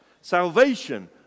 Salvation